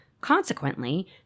Consequently